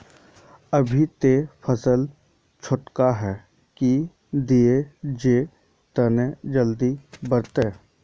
अभी ते फसल छोटका है की दिये जे तने जल्दी बढ़ते?